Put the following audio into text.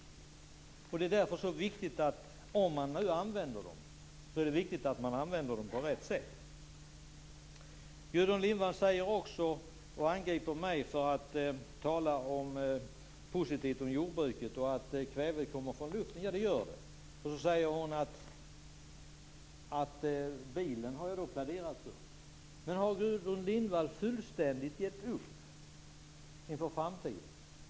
Det är därför det är så viktigt, om man nu använder dem, att de används på rätt sätt. Gudrun Lindvall angriper mig för att jag talar positivt om jordbruket och säger att kväve kommer från luften. Ja, det gör det. Hon säger att jag har pläderat för bilen. Men har Gudrun Lindvall fullständigt gett upp inför framtiden?